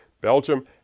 Belgium